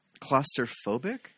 claustrophobic